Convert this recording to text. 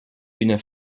une